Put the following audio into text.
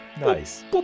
nice